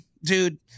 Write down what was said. Dude